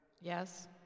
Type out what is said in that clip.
yes